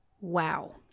wow